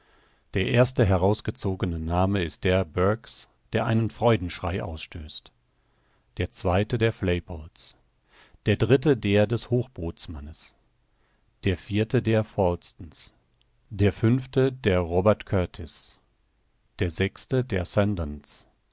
der erste herausgezogene name ist der burke's der einen freudenschrei ausstößt der zweite der flaypol's der dritte der des hochbootsmannes der vierte der falsten's der fünfte der robert kurtis der sechste der